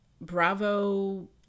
bravo